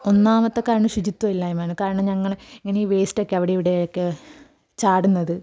ഒന്നാമത്തെ കാരണം ശുചിത്വമില്ലായ്മയാണ് കാരണം ഞങ്ങൾ ഇങ്ങനേ ഈ വേസ്റ്റൊക്കെ അവിടെയും ഇവിടെയൊക്കെ ചാടുന്നത്